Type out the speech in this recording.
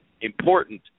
important